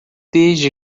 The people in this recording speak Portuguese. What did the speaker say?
desde